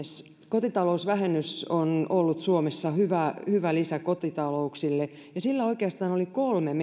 kotitalousvähennys on ollut suomessa hyvä hyvä lisä kotitalouksille ja sillä oikeastaan oli kolme